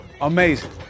Amazing